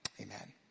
Amen